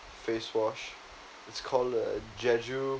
face wash it's called uh jeju